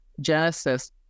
Genesis